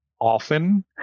often